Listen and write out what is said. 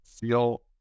feel